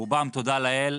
תודה לאל,